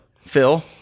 Phil